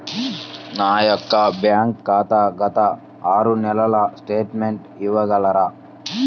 నా యొక్క బ్యాంక్ ఖాతా గత ఆరు నెలల స్టేట్మెంట్ ఇవ్వగలరా?